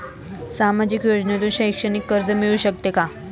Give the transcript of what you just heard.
सामाजिक योजनेतून शैक्षणिक कर्ज मिळू शकते का?